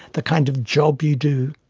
the kind of job you do,